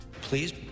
Please